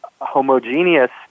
homogeneous